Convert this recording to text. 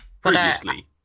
previously